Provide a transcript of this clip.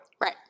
Right